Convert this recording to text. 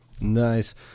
Nice